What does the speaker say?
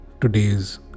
today's